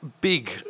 big